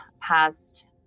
past